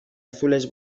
azules